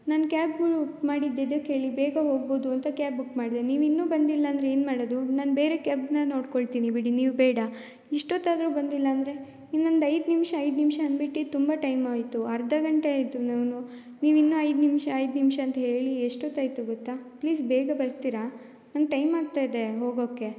ನಾನು cab book ಮಾಡಿದ್ದೆದಕ್ಕೆ ಹೇಳಿ ಬೇಗ ಹೋಗ್ಬೌದು ಅಂತ ಕ್ಯಾಬ್ ಬುಕ್ ಮಾಡಿದೆ ನೀವು ಇನ್ನು ಬಂದಿಲ್ಲಾಂದರೆ ಏನು ಮಾಡೋದು ನಾನು ಬೇರೆ ಕ್ಯಾಬ್ನ ನೋಡ್ಕೊಳ್ತೀನಿ ಬಿಡಿ ನೀವು ಬೇಡ ಇಷ್ಟೋತ್ತಾದರು ಬಂದಿಲ್ಲಾಂದರೆ ಇನ್ನೊಂದು ಐದು ನಿಮಿಷ ಐದು ನಿಮಿಷ ಅಂದ್ಬಿಟ್ಟಿ ತುಂಬ ಟೈಮ್ ಆಯಿತು ಅರ್ಧಗಂಟೆ ಆಯಿತು ನಾನು ನೀವು ಇನ್ನ ಐದು ನಿಮಿಷ ಐದು ನಿಮಿಷ ಅಂತೇಳಿ ಎಷ್ಟೊತ್ತಾಯಿತು ಗೊತ್ತಾ ಪ್ಲೀಸ್ ಬೇಗ ಬರ್ತೀರಾ ನಂಗೆ ಟೈಮ್ ಆಗ್ತಾಯಿದೆ ಹೋಗೋಕೆ